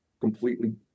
completely